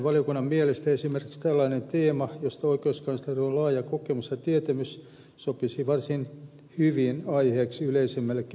valiokunnan mielestä esimerkiksi tällainen teema josta oikeuskanslerilla on laaja kokemus ja tietämys sopisi varsin hyvin aiheeksi yleisemmällekin puheenvuorolle